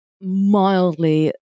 mildly